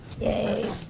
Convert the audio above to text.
Yay